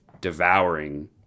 devouring